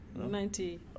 Ninety